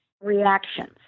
reactions